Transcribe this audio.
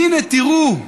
הינה, תראו,